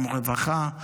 גם רווחה,